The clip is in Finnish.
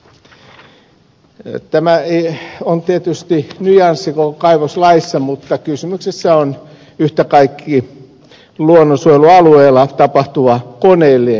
tämä on tietysti nyanssi koko kaivoslaissa mutta kysymyksessä on yhtä kaikki luonnonsuojelualueella tapahtuva koneellinen kullankaivu